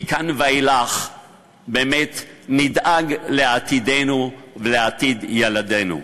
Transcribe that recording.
מכאן ואילך באמת נדאג לעתידנו ולעתיד ילדינו?